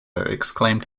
exclaimed